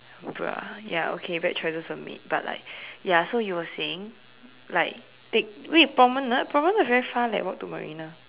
bro ya okay bad choices were made but like ya so you were saying like take wait Promenade Promenade very far leh walk to Marina